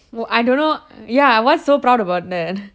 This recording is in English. I don't know ya what's so proud about that